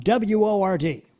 WORD